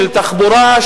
של תחבורה,